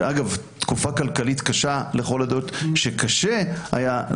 ואגב תקופה כלכלית קשה לכל הדעות שקשה היה,